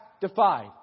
defied